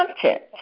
content